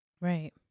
Right